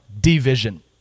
division